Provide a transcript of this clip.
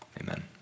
Amen